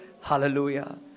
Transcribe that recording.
Hallelujah